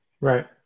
right